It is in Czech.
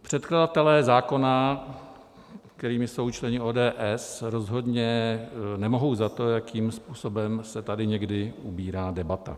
Předkladatelé zákona, kterými jsou členové ODS, rozhodně nemohou za to, jakým způsobem se tady někdy ubírá debata.